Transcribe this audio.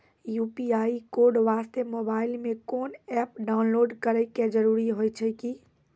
UPI code वास्ते mobile मे कोय एप्प डाउनलोड करे के जरूरी होय छै की?